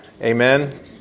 Amen